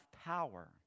power